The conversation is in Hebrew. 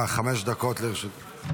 חמש דקות לרשותך.